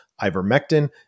ivermectin